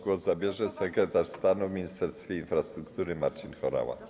Głos zabierze sekretarz stanu w Ministerstwie Infrastruktury Marcin Horała.